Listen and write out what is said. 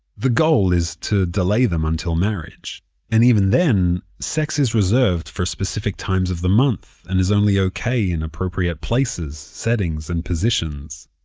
the goal is to delay them until marriage and even then, sex is reserved for specific times of the month and is only ok in appropriate places, settings, and positions.